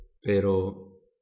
pero